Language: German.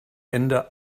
ende